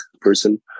person